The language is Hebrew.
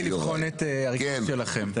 אני בוחן את הריכוז שלכם.